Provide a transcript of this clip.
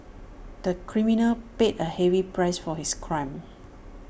the criminal paid A heavy price for his crime